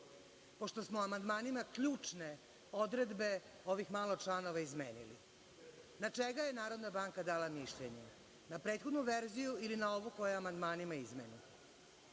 pošto smo amandmanima ključne odredbe ovih malo članova izmenili? Na čega je Narodna banka dala mišljenje, na prethodnu verziju ili na ovu koja je amandmanima